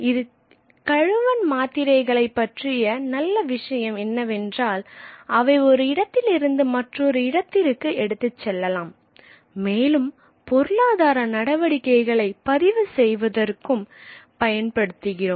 இதில் கழுவன் டேப்லெட்களை பற்றிய நல்ல விஷயம் என்னவென்றால் அவை ஒரு இடத்திலிருந்து மற்றொரு இடத்திற்கு எடுத்துச் செல்லலாம் மேலும் பொருளாதார நடவடிக்கைகளை பதிவு செய்வதற்கும் பயன் படுத்துகிறோம்